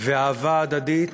ואהבה הדדית,